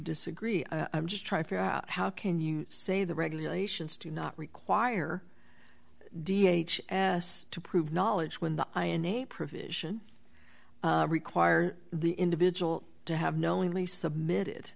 disagree i'm just trying to figure out how can you say the regulations do not require d h ass to prove knowledge when the i in a provision require the individual to have knowingly submitted